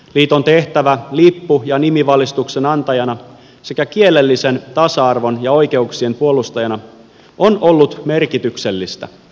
liiton tehtävä lippu ja nimivalistuksen antajana sekä kielellisen tasa arvon ja oikeuksien puolustajana on ollut merkityksellinen